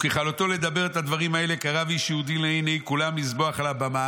וככלותו לדבר את הדברים האלה קרב איש יהודי לעיני כולם לזבוח על הבמה"